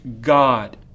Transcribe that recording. God